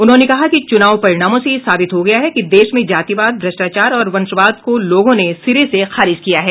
उन्होंने कहा कि चुनाव परिणामों से यह साबित हो गया है कि देश में जातिवाद भ्रष्टाचार और वंशवाद को लोगों ने सिरे से खारिज किया है